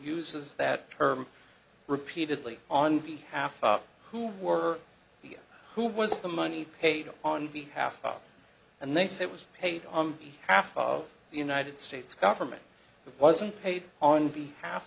uses that term repeatedly on behalf who were who was the money paid on behalf and they say it was paid on half of the united states government that wasn't paid on the half